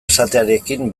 esatearekin